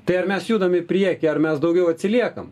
tai ar mes judame į priekį ar mes daugiau atsiliekame